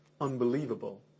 unbelievable